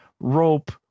rope